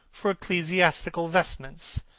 for ecclesiastical vestments,